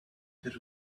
there